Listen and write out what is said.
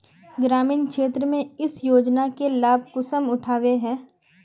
ग्रामीण क्षेत्र में इस योजना के लाभ कुंसम उठावे है?